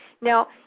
Now